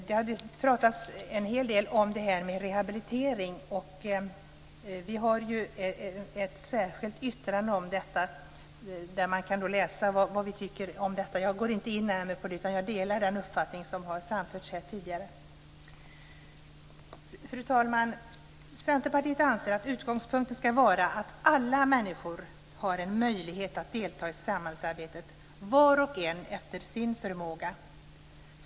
Det har pratats en hel del om rehabilitering, och vi har ett särskilt yttrande om detta där man kan läsa vad vi tycker i den frågan. Jag går inte in på det utan delar den uppfattning som framförts tidigare. Fru talman! Centerpartiet anser att utgångspunkten ska vara att alla människor har en möjlighet att delta i samhällsarbetet, var och en efter sin förmåga.